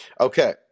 Okay